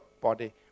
body